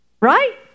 Right